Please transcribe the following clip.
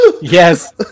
Yes